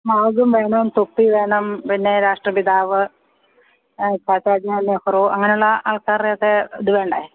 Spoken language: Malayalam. ഫ്ലാഗും വേണം തൊപ്പി വേണം പിന്നെ രാഷ്ട്രപിതാവ് ചാച്ചാജി നെഹ്റു അങ്ങനുള്ള ആൾക്കാരുടെ ഒക്കെ ഇത് വേണ്ടേ